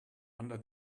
under